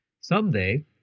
Someday